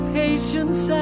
patience